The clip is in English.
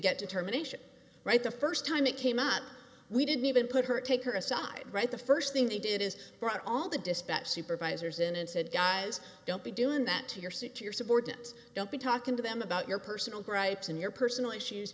get determination right the first time it came up we didn't even put her take her aside right the first thing they did is brought all the dispatch supervisors in and said guys don't be doing that to your suit your subordinates don't be talking to them about your personal gripes and your personal issues